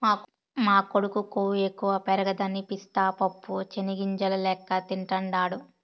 మా కొడుకు కొవ్వు ఎక్కువ పెరగదని పిస్తా పప్పు చెనిగ్గింజల లెక్క తింటాండాడు